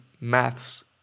maths